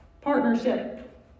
partnership